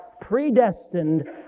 predestined